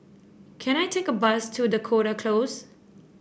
can I take a bus to Dakota Close